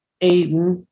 Aiden